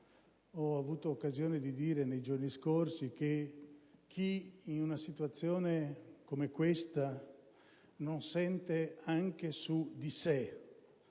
Ho avuto occasione di dire nei giorni scorsi che chi, in una situazione come questa, non sente anche su di sé